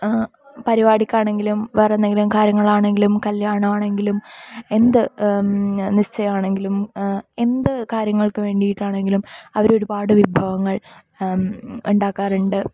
പരിപാടിക്കാണെങ്കിലും വേറെ എന്തെങ്കിലും കാര്യങ്ങൾ ആണെങ്കിലും കല്യാണം ആണെങ്കിലും എന്ത് നിശ്ചയം ആണെങ്കിലും എന്ത് കാര്യങ്ങൾക്ക് വേണ്ടിയിട്ടാണെങ്കിലും അവര് ഒരുപാട് വിഭവങ്ങൾ ഉണ്ടാക്കാറുണ്ട്